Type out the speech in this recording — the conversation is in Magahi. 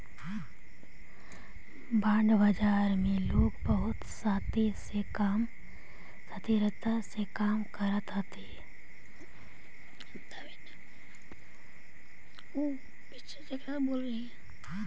बॉन्ड बाजार में लोग बहुत शातिरता से काम करऽ हथी